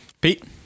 Pete